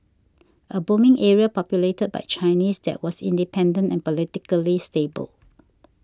a booming area populated by Chinese that was independent and politically stable